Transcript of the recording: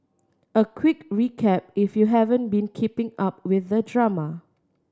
a quick recap if you haven't been keeping up with the drama